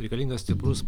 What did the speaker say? reikalingas stiprus